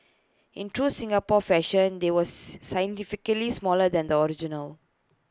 in true Singapore fashion they was scientifically smaller than the original